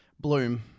Bloom